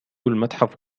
المتحف